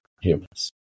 humans